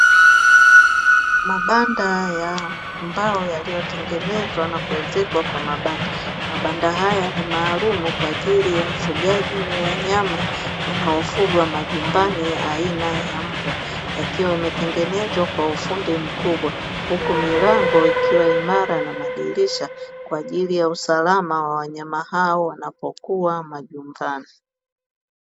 Mabanda ya mbao yaliyotengenezwa na kuezekwa kwa mabati. Mabanda haya mi maalumu kwa ajili ya ufugaji wa wanyama wanaofugwa majumbani aina ya mbwa yakiwa yametengenezwa kwa ufundi mkubwa, huku milango ikiwa imara na madirisha kwa ajili ya usalama wa wanyama hao wanapokuwa majumbani.